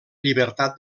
llibertat